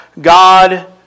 God